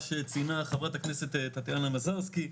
מה שציינה חברת הכנסת טטיאנה מזרסקי.